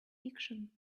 fiction